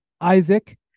Isaac